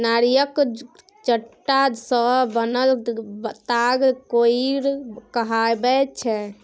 नारियरक जट्टा सँ बनल ताग कोइर कहाबै छै